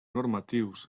normatius